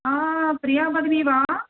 प्रिया भगिनी वा